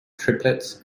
triplets